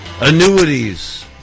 annuities